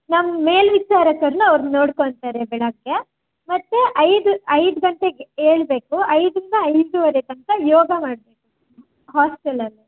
ನಮ್ಮ ಮೇಲ್ವಿಚಾರಕರು ಅವರನ್ನ ನೋಡ್ಕೊಳ್ತಾರೆ ಬೆಳಗ್ಗೆ ಮತ್ತು ಐದು ಐದು ಗಂಟೆಗೆ ಏಳಬೇಕು ಐದರಿಂದ ಐದೂವರೆ ತನಕ ಯೋಗ ಮಾಡಬೇಕು ಮೇಡಮ್ ಹಾಸ್ಟೆಲಲ್ಲಿ